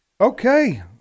Okay